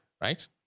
right